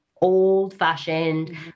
old-fashioned